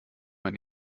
man